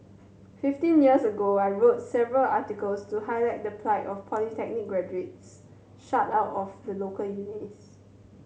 fifteen years ago I wrote several articles to highlight the plight of polytechnic graduates shut out of the local universities